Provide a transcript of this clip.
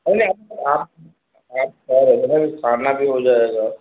नहीं आप आप कह रहे हैं न खाना भी हो जाएगा